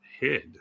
head